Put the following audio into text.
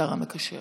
השר המקשר.